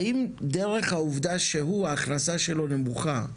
האם דרך העובדה שההכנסה שלו נמוכה,